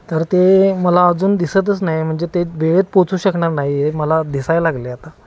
तर ते मला अजून दिसतच नाही म्हणजे ते वेळेत पोचू शकणार नाही आहे मला दिसायला लागलं आहे आता